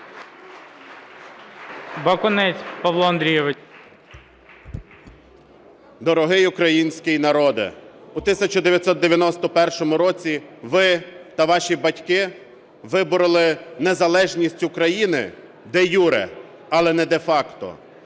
Дорогий український народе! У 1991 році ви та ваші батьки вибороли незалежність України де-юре, але не де-факто,